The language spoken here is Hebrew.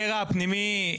הקרע הפנימי,